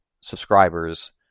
subscribers